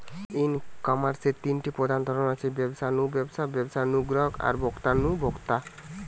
ই কমার্সের তিনটা প্রধান ধরন আছে, ব্যবসা নু ব্যবসা, ব্যবসা নু গ্রাহক আর ভোক্তা নু ভোক্তা